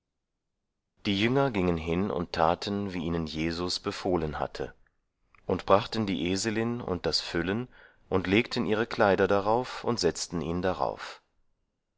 die jünger gingen hin und taten wie ihnen jesus befohlen hatte und brachten die eselin und das füllen und legten ihre kleider darauf und setzten ihn darauf